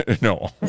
No